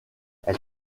elle